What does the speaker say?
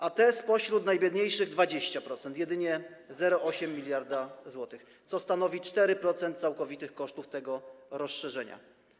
A te spośród najbiedniejszych - 20%, to jedynie 0,8 mld zł, co stanowi 4% całkowitych kosztów tego rozszerzenia.